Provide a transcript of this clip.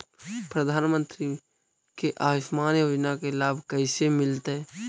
प्रधानमंत्री के आयुषमान योजना के लाभ कैसे मिलतै?